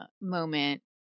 moment